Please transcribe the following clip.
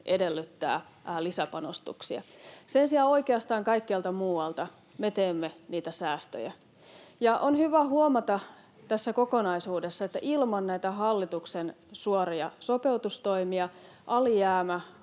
edellyttää lisäpanostuksia. Sen sijaan oikeastaan kaikkialta muualta me teemme niitä säästöjä, ja on hyvä huomata tässä kokonaisuudessa, että ilman näitä hallituksen suoria sopeutustoimia alijäämä